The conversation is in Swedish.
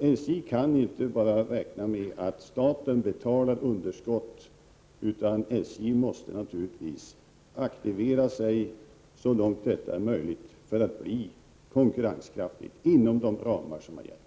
SJ kan inte bara räkna med att staten betalar underskott, utan SJ måste naturligtvis så långt det är möjligt aktivera sig för att bli konkurrenskraftigt inom de ramar som har gällt.